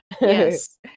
Yes